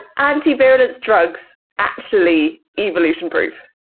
anti-virulence drugs actually evolution-proof?